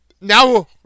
now